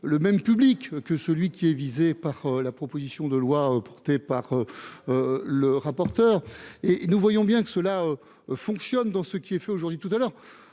le même public que celui qui est visé par la proposition de loi portée par le rapporteur et nous voyons bien que cela fonctionne dans ce qui est fait aujourd'hui tout à l'heure,